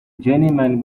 journeyman